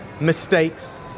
mistakes